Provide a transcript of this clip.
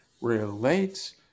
relates